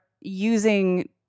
using